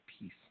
peace